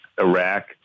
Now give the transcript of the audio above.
Iraq